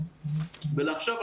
במשפטים